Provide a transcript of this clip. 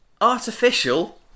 Artificial